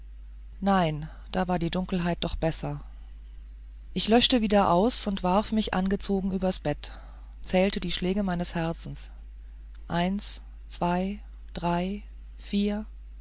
nein da war die dunkelheit noch besser ich löschte wieder aus und warf mich angezogen übers bett zählte die schläge meines herzens eins zwei drei vier